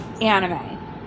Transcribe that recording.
anime